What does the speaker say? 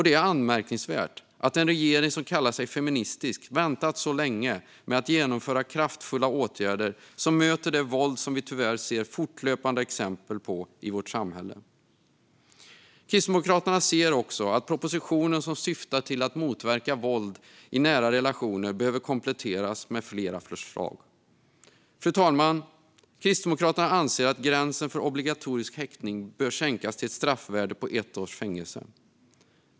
Det är anmärkningsvärt att en regering som kallar sig feministisk har väntat så länge med att genomföra kraftfulla åtgärder som möter det våld som vi tyvärr ser fortlöpande exempel på i vårt samhälle. Kristdemokraterna ser också att propositionen, som syftar till att motverka våld i nära relationer, behöver kompletteras med flera förslag. Fru talman! Kristdemokraterna anser att gränsen för obligatorisk häktning bör sänkas till ett straffvärde på ett års fängelse.